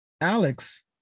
Alex